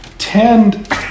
tend